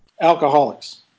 Alcoholics